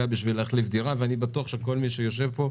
שנקבע לגביו מגבלה על היקף יחידות הדיור.